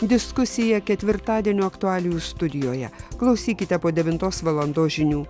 diskusija ketvirtadienio aktualijų studijoje klausykite po devintos valandos žinių